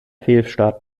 fehlstart